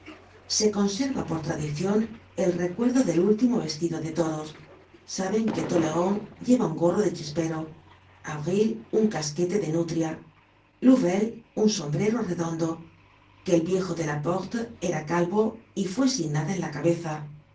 se conserva por tradicion el recuerdo del último vestido de todos saben que tolleron llevaba un gorro de chispero avril un casquete de nutria louvel un sombrero redondo que el viejo delaporte era calvo y fue sin nada en la cabeza